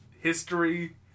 history